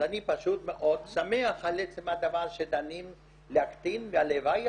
אז אני פשוט מאוד שמח על עצם הדבר שדנים להקטין והלוואי,